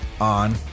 on